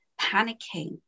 panicking